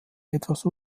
etwas